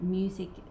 music